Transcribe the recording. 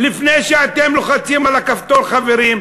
לפני שאתם לוחצים על הכפתור, חברים,